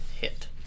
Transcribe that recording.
hit